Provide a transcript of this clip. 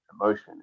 emotion